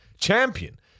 champion